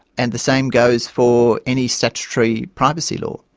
and the same goes for any statutory privacy law.